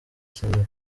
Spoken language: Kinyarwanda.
sentare